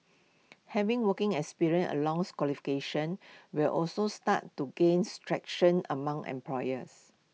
having working experience along qualifications will also start to gains traction among employers